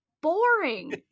boring